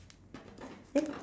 eh